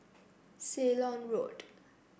Ceylon Road